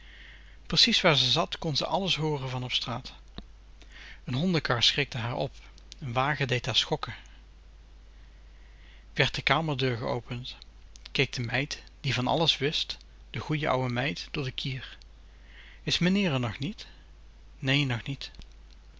precies waar ze zat kon ze alles hooren van op straat n hondenkar schrikte haar op n wagen deed haar schokken werd de kamerdeur geopend keek de meid die van alles wist de goeie ouwe meid door den kier is meneer r nog niet nee nog niet